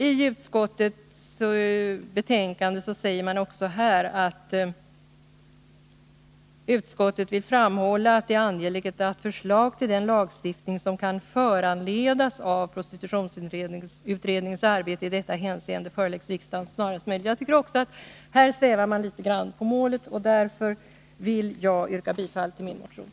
I utskottets betänkande framhåller man också att ”det är angeläget att förslag till den lagstiftning som kan föranledas av prostitutionsutredningens arbete i detta hänseende föreläggs riksdagen snarast möjligt”. Här svävar man litet grand på målet, och därför vill jag yrka bifall till min motion.